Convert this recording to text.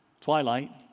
twilight